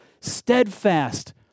steadfast